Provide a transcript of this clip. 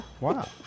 wow